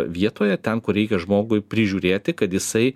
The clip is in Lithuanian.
vietoje ten kur reikia žmogui prižiūrėti kad jisai